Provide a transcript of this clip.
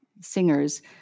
singers